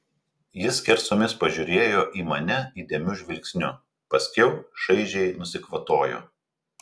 ji skersomis pažiūrėjo į mane įdėmiu žvilgsniu paskiau šaižiai nusikvatojo